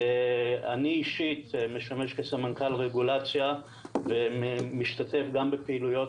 אני אישית משמש סמנכ"ל רגולציה ומשתתף גם בפעילויות